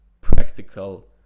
practical